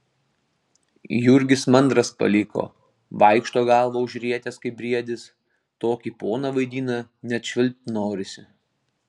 jurgis mandras paliko vaikšto galvą užrietęs kaip briedis tokį poną vaidina net švilpt norisi